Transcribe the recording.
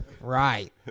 Right